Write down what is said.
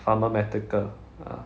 pharma medical ah